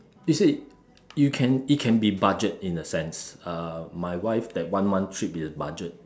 you see you can it can be budget in a sense uh my wife that one month did budget